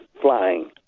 flying